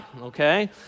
okay